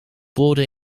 border